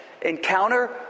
encounter